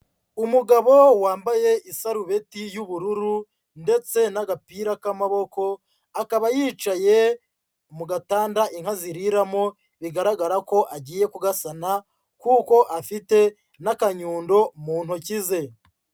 Umugabo wambaye isarubeti y'ubururu ndetse n'agapira k'amaboko, akaba yicaye mu gatanda inka ziriramo, bigaragara ko agiye kugasana, kuko afite n'akanyundo mu ntoki ze.